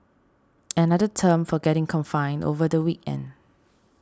another term for getting confined over the weekend